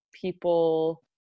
people